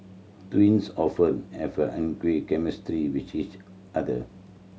twins often have angry chemistry with each other